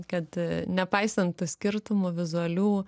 kad nepaisant skirtumų vizualių